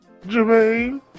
jermaine